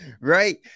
right